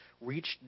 reached